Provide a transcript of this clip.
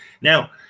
Now